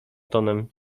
tonem